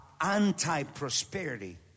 anti-prosperity